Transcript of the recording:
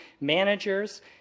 managers